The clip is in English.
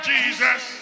Jesus